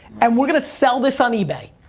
and we're gonna sell this on ebay?